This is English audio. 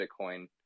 Bitcoin